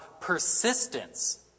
persistence